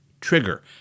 trigger